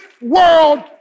world